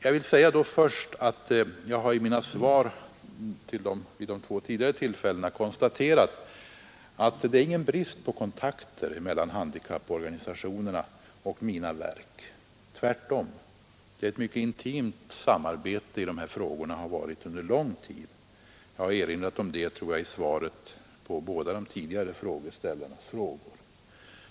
Då vill jag först säga att jag i mina svar vid de två tidigare tillfällena konstaterade, att det inte finns några bristfälliga kontakter mellan handikapporganisationerna och mina verk. Tvärtom. Det har under lång tid rått och råder i dag ett mycket intimt samarbete i dessa frågor. Jag tror att jag också erinrade om det i svaren på de båda tidigare frågorna.